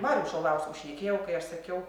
marium šaulausku šnekėjau kai aš sakiau